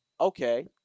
Okay